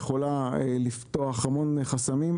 היא יכולה לפתוח המון חסמים.